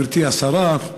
גברתי השרה,